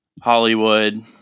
Hollywood